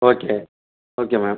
okay okay ma'am